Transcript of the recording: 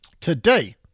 today